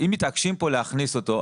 אם מתעקשים כאן להכניס אותו,